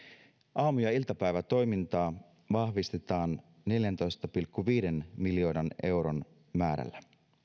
aamu ja iltapäivätoimintaa vahvistetaan neljäntoista pilkku viiden miljoonan euron määrällä